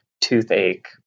toothache